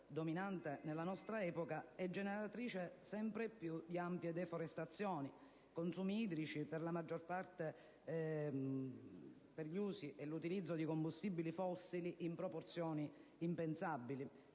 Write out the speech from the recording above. dominante nella nostra epoca, è generatrice di sempre più ampie deforestazioni, consumi idrici per la maggiore quota mondiale degli usi ed utilizzo di combustibili fossili in proporzioni impensabili